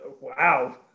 Wow